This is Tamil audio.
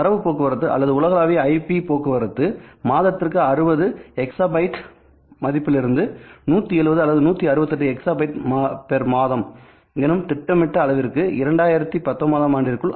தரவு போக்குவரத்து அல்லது உலகளாவிய ஐபி போக்குவரத்து மாதத்திற்கு 60 எக்சாபைட்exabytes month மதிப்பிலிருந்து 170 அல்லது 168 எக்சாபைட்டுகள் மாதம் எனும் திட்டமிடப்பட்ட அளவிற்கு 2019 ஆம் ஆண்டிற்குள்